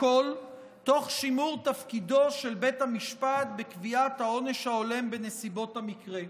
הכול תוך שימור תפקידו של בית המשפט בקביעת העונש ההולם בנסיבות המקרה.